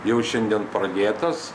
jau šiandien pradėtas